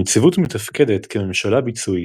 הנציבות מתפקדת כממשלה ביצועית,